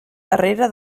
darrere